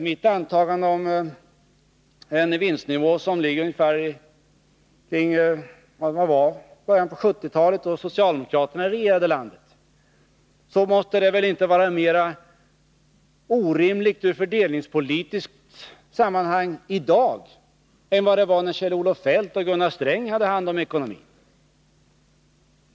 Mitt antagande om en vinstnivå som ligger ungefär kring vad fallet var i början av 1970-talet, då socialdemokraterna regerade landet, kan väl inte vara mera orimligt i fördelningspolitiskt sammanhang i dag än vad den var när Kjell-Olof Feldt och Gunnar Sträng hade hand om ekonomin?